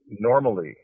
normally